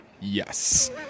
yes